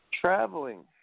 Traveling